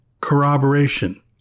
corroboration